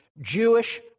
Jewish